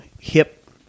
hip